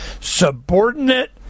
subordinate